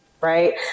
Right